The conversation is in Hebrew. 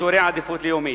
כאזורי עדיפות לאומית,